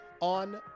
on